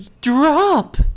drop